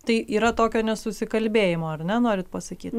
tai yra tokio nesusikalbėjimo ar ne norit pasakyt